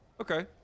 Okay